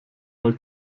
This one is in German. mal